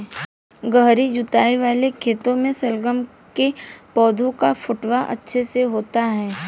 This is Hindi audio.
गहरी जुताई वाले खेतों में शलगम के पौधे का फुटाव अच्छे से होता है